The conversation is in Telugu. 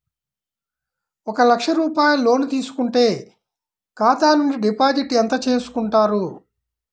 ఒక లక్ష రూపాయలు లోన్ తీసుకుంటే ఖాతా నుండి డిపాజిట్ ఎంత చేసుకుంటారు?